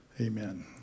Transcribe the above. Amen